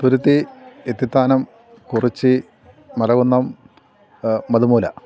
Thuruthy Ithithanam Kurichy Maravunnam Mathumoola